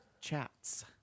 chats